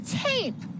tape